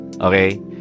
Okay